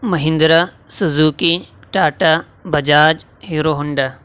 Mahindra Suzuki Tata Bajaj Hero Honda